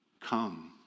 come